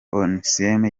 onesme